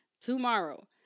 tomorrow